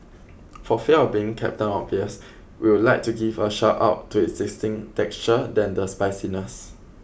for fear of being Captain Obvious we would like to give a shout out to existing texture than the spiciness